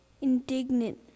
indignant